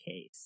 Case